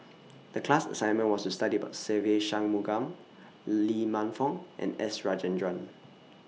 The class assignment was to study about Se Ve Shanmugam Lee Man Fong and S Rajendran